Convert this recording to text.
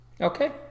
Okay